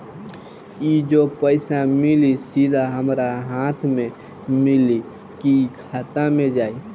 ई जो पइसा मिली सीधा हमरा हाथ में मिली कि खाता में जाई?